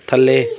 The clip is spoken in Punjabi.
ਥੱਲੇ